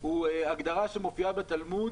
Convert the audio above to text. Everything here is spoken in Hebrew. היא ההגדרה שמופיעה בתלמוד